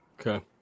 Okay